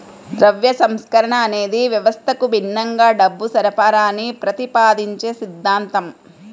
ద్రవ్య సంస్కరణ అనేది వ్యవస్థకు భిన్నంగా డబ్బు సరఫరాని ప్రతిపాదించే సిద్ధాంతం